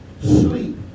sleep